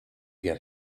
get